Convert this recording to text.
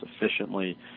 efficiently